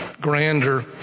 grander